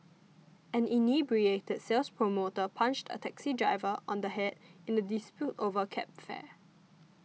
an inebriated sales promoter punched a taxi driver on the head in a dispute over cab fare